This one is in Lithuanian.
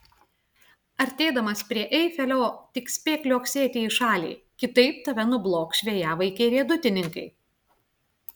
artėdamas prie eifelio tik spėk liuoksėti į šalį kitaip tave nublokš vėjavaikiai riedutininkai